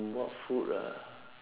what food ah